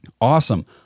awesome